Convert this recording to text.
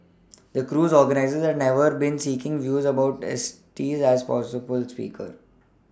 the cruise organisers had never been seeking views about Estes as a possible speaker